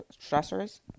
stressors